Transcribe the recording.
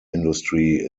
industry